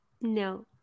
No